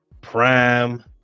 prime